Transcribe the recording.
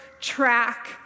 track